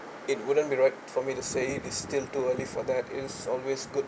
it wouldn't be right for me to say it still too early for that it's always good